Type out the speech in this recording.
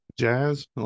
Jazz